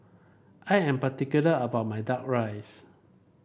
I am particular about my duck rice